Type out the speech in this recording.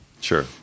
Sure